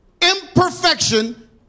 imperfection